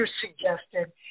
suggested